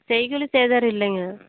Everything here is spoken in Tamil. செய்கூலி சேதாரம் இல்லைங்க